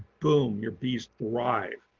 boom. your bees thrive.